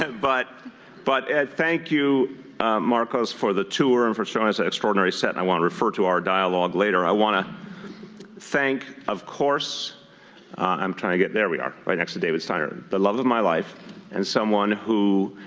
and but but thank you marcos for the tour and for showing us that extraordinary set. and i want to refer to our dialogue later. i want to thank, of course i'm trying to get there we are, right next to david steiner the love of my life and someone who